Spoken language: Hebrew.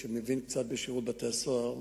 שמבין קצת בשירות בתי-הסוהר,